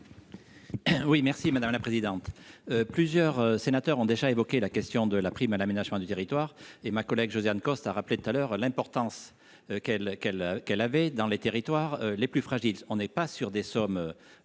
Oui merci madame la présidente, plusieurs sénateurs ont déjà évoqué la question de la prime à l'aménagement du territoire et ma collègue Josiane Costes a rappelé tout à l'heure, l'importance qu'elle qu'elle qu'elle avait dans les territoires les plus fragiles, on n'est pas sur des sommes.